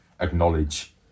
acknowledge